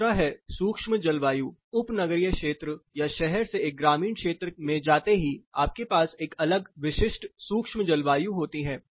दूसरा है सूक्ष्म जलवायु उपनगरीय क्षेत्र या शहर से एक ग्रामीण क्षेत्र में जाते ही आपके पास एक अलग विशिष्ट सूक्ष्म जलवायु होती है